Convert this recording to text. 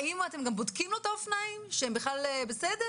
האם אתם גם בודקים לו את האופניים שהם בכלל בסדר,